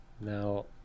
now